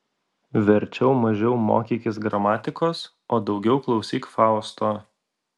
verčiau mažiau mokykis gramatikos o daugiau klausyk fausto